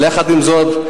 עם זאת,